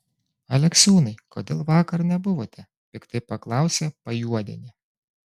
aleksiūnai kodėl vakar nebuvote piktai paklausė pajuodienė